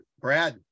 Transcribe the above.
Brad